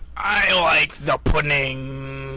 i like the pudding.